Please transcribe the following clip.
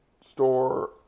Store